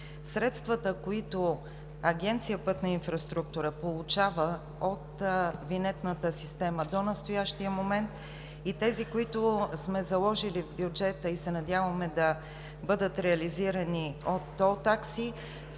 Средствата, които Агенция „Пътна инфраструктура“ получава от винетната система до настоящия момент, и тези, които сме заложили в бюджета и се надяваме да бъдат реализирани от тол такси,